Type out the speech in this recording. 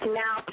now